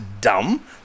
dumb